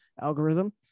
algorithm